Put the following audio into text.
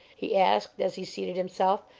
he asked, as he seated himself,